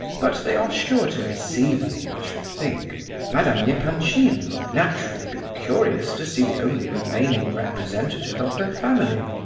but they are sure to receive me, i should think madame yeah epanchin will naturally be curious to see the only remaining representative of her family.